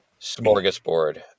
smorgasbord